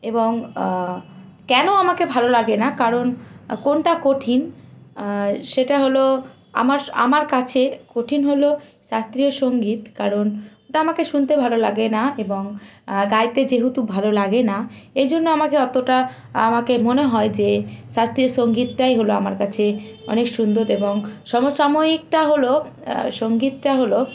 এবং কেন আমাকে ভালো লাগে না কারণ কোনটা কঠিন সেটা হল আমার আমার কাছে কঠিন হল শাস্ত্রীয় সঙ্গীত কারণ ওটা আমাকে শুনতে ভালো লাগে না এবং গাইতে যেহেতু ভালো লাগে না এবং এই জন্য আমাকে অতটা আমাকে মনে হয় যে শাস্তীয় সঙ্গীতটাই হলো আমার কাছে অনেক সুন্দর এবং সমসাময়িকটা হল সঙ্গীতটা হল